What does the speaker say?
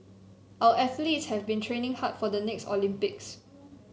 our athletes have been training hard for the next Olympics